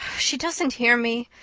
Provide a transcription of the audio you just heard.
she doesn't hear me!